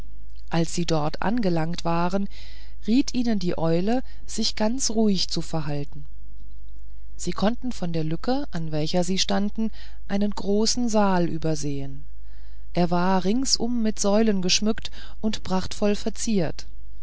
als sie dort angelangt waren riet ihnen die eule sich ganz ruhig zu verhalten sie konnten von der lücke an welcher sie standen einen großen saal übersehen er war ringsum mit säulen geschmückt und prachtvoll verziert